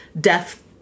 death